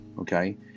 okay